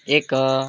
ଏକ